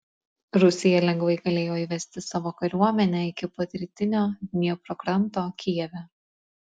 rusija lengvai galėjo įvesti savo kariuomenę iki pat rytinio dniepro kranto kijeve